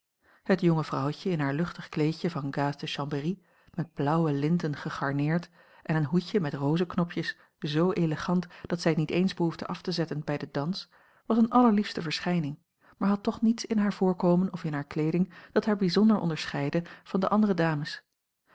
het jonge vrouwtje in haar luchtig kleedje van gaze de chambéry met blauwe linten gegarneerd en een hoedje met rozenknopjes z elegant dat zij het niet eens behoefde af te zetten bij den dans was eene allerliefste verschijning maar had toch niets in haar voorkomen of in haar kleeding dat haar bijzonder onderscheidde van de andere dames